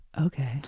okay